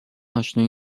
آشنایی